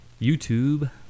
YouTube